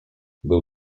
był